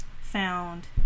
found